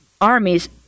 armies